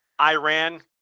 Iran